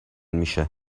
میشه